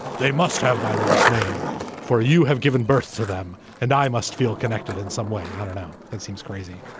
they must have my last name for you have given birth to them. and i must feel connected in some way. i don't know. that seems crazy.